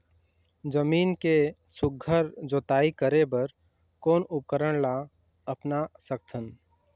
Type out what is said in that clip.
जमीन के सुघ्घर जोताई करे बर कोन उपकरण ला अपना सकथन?